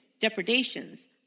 depredations